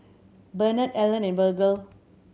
Benard Allen and Virgle